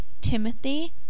Timothy